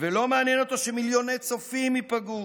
ולא מעניין אותו שמיליוני צופים ייפגעו.